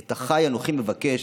"את אחי אנכי מבקש"